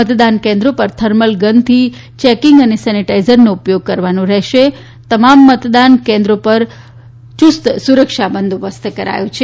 મતદાન કેન્દ્રો પર થર્મલ ગનની ચેકીંગ તથા સેનીટાઇજરનો ઉપયોગ કરવાનો રહેશે તમામ મતદાન કેન્દ્રી પર સુસ્ત સુરક્ષા બંદોબસ્ત કરાયો છે